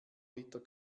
liter